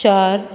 चार